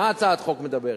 על מה הצעת החוק מדברת?